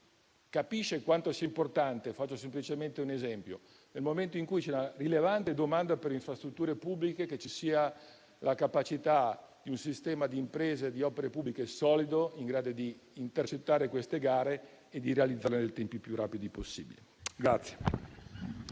capisce quanto sia importante. Faccio semplicemente un esempio: nel momento in cui c'è una rilevante domanda per infrastrutture pubbliche, occorre la capacità di un sistema di imprese e di opere pubbliche solido, in grado di intercettare queste gare e di realizzarle nei tempi più rapidi possibili.